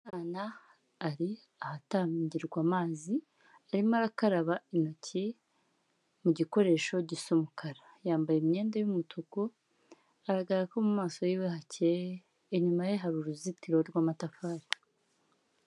Umwana ari ahatagirwa amazi arimo arakaraba intoki mu gikoresho gisa umukara, yambaye imyenda y'umutuku bigaragara ko mu maso yiwe hacyeye, inyuma ye hari uruzitiro rw'amatafari.